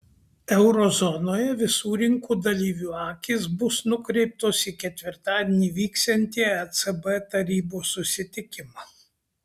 euro zonoje visų rinkų dalyvių akys bus nukreiptos į ketvirtadienį vyksiantį ecb tarybos susitikimą